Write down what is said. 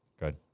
good